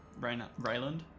Rayland